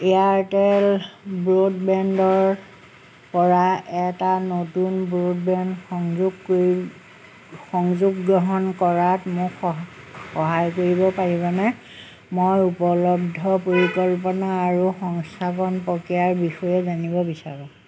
Airtel ব্ৰডবেণ্ডৰপৰা এটা নতুন ব্ৰডবেণ্ড সংযোগ কৰি সংযোগ গ্ৰহণ কৰাত মোক সহায় কৰিব পাৰিবনে মই উপলব্ধ পৰিকল্পনা আৰু সংস্থাপন প্ৰক্ৰিয়াৰ বিষয়ে জানিব বিচাৰোঁ